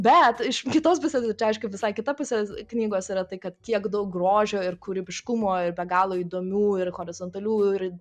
bet iš kitos pusės čia aišku visai kita pusė knygos yra tai kad kiek daug grožio ir kūrybiškumo ir be galo įdomių ir horizontalių ir